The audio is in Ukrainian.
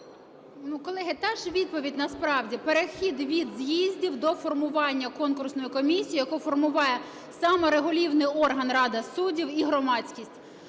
колеги, та ж відповідь насправді: перехід від з'їздів до формування конкурсної комісії, яку формує саморегулівний орган Рада суддів і громадськість.